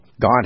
God